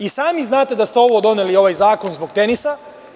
I sami znate da ste ovo doneli, ovaj zakon, zbog Tenisa.